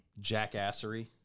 jackassery